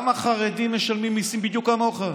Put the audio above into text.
גם החרדים משלמים מיסים, בדיוק כמוך.